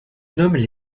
nomment